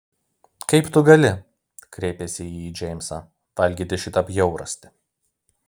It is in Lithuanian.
kaip tu gali kreipėsi ji į džeimsą valgyti šitą bjaurastį